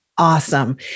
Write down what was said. Awesome